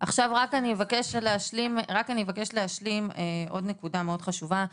אני מבקשת רק להשלים נקודה נוספת חשובה,